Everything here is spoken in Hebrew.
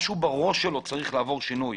משהו בראש שלו צריך לעבור שינוי.